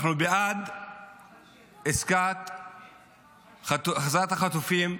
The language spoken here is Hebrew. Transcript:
אנחנו בעד עסקת החזרת החטופים,